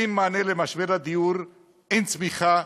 אין מענה למשבר הדיור, אין צמיחה,